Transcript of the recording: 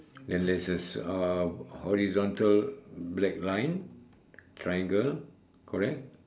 and there's a horizontal black line triangle correct